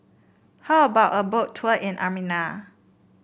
how about a Boat Tour in Armenia